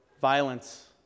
violence